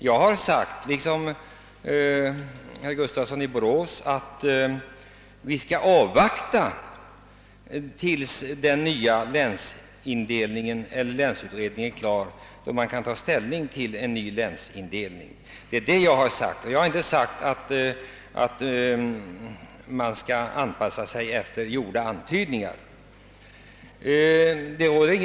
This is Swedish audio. Jag har liksom herr Gustafsson i Borås sagt att vi bör avvakta resultatet av länsutredningen, innan vi kan ta ställning till lantbruksnämndernas organisation. Det är detta jag har sagt. Jag har inte sagt att lantbruksnämnderna skall anpassas ef ter gjorda antydningar om länsindelningen.